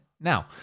Now